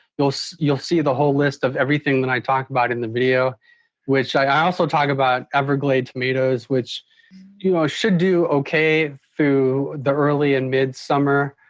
you'll so you'll see the whole list of everything that i talked about in the video which i also talked about everglade tomatoes, which you know ah should do ok through the early and mid summer,